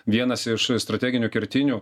vienas iš strateginių kertinių